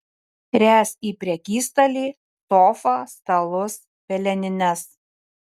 ręs į prekystalį sofą stalus pelenines